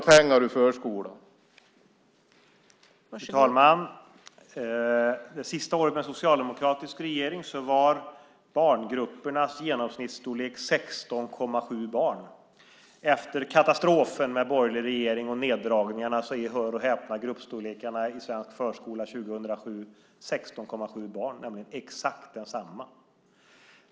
Fru talman! Det sista året med socialdemokratisk regering var barngruppernas genomsnittsstorlek 16,7 barn. Efter katastrofen med borgerlig regering och neddragningar är, hör och häpna, gruppstorlekarna i svensk förskola 2007 exakt densamma, nämligen 16,7 barn.